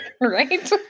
Right